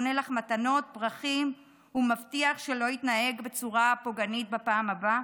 קונה לך מתנות או פרחים ומבטיח שלא יתנהג בצורה פוגענית בפעם הבאה?